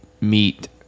meet